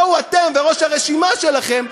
בואו אתם וראש הרשימה שלכם,